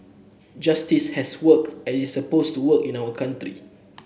justice has worked as it is supposed to work in our country